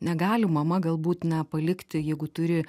negali mama galbūt na palikti jeigu turi